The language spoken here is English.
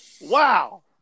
Wow